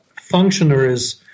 functionaries